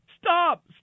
Stop